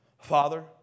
Father